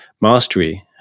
Mastery